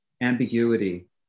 ambiguity